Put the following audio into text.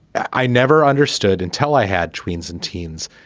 i never understood until i had tweens and teens.